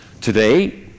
Today